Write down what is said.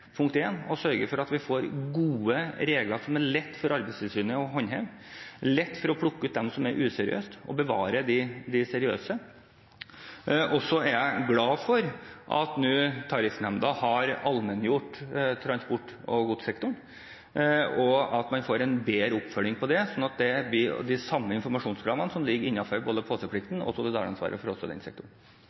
for Arbeidstilsynet å håndheve, og som gjør det lett å plukke ut dem som er useriøse, og bevare de seriøse. Jeg er glad for at Tariffnemnda nå har allmenngjort transport- og godssektoren, og at man får en bedre oppfølging av det, sånn at det er de samme informasjonskravene som ligger i både påseplikten og solidaransvaret for den sektoren også. Jeg tolker svaret fra arbeids- og sosialministeren positivt. Jeg tror vi her har